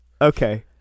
Okay